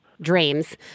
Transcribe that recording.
dreams